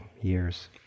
years